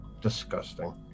disgusting